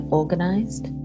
organized